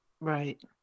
Right